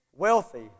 wealthy